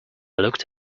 looked